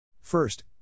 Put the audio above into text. First